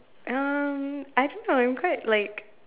um I don't know I am quite like